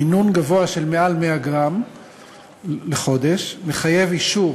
מינון גבוה של מעל 100 גרם לחודש מחייב אישור